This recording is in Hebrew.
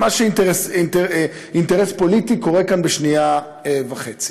מה שאינטרס פוליטי קורה כאן בשנייה וחצי.